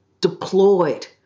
deployed